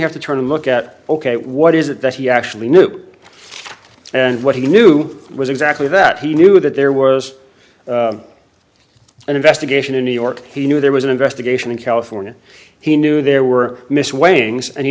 have to turn and look at ok what is it that he actually knew and what he knew was exactly that he knew that there was an investigation in new york he knew there was an investigation in california he knew there were mis weighings and he